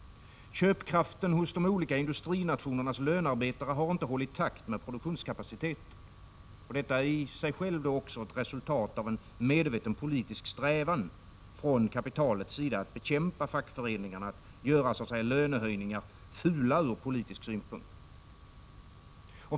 Köpkraften hos de olika industrinationernas lönarbetare har inte hållit takten med produktionskapaciteten. Detta är också ett resultat av en medveten politisk strävan från kapitalets sida att bekämpa fackföreningarna, att så att säga göra lönehöjningar fula ur politisk synpunkt.